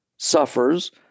suffers